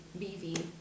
BV